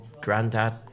granddad